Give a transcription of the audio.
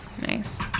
Nice